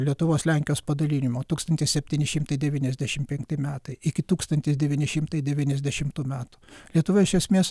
lietuvos lenkijos padalinimo tūkstantis septyni šimtai devyniasdešimt penkti metai iki tūkstantis devyni šimtai devyniasdešimtų metų lietuva iš esmės